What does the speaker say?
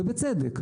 ובצדק,